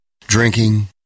Drinking